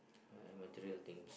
uh material things